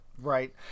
right